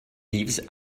leaves